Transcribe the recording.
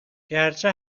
گرچه